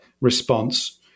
response